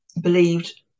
believed